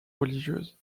religieuse